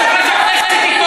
השרים אתו,